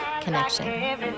Connection